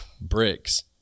bricks